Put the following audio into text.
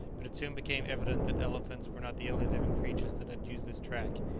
but it soon became evident that elephants were not the only living creatures that had used this track.